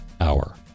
Hour